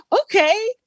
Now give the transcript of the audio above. okay